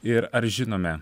ir ar žinome